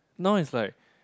now is like